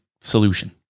solution